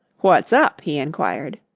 what's up? he inquired.